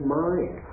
mind